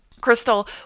Crystal